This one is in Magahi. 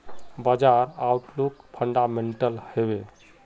बाजार आउटलुक फंडामेंटल हैवै?